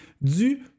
du